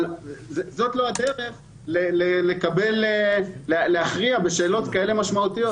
אבל זו לא הדרך להכריע בשאלות כאלו משמעותיות.